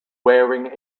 wearing